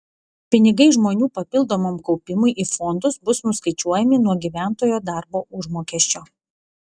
pinigai žmonių papildomam kaupimui į fondus bus nuskaičiuojami nuo gyventojo darbo užmokesčio